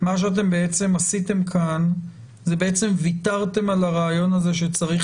אתם בעצם ויתרתם על הרעיון הזה שצריך